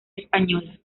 española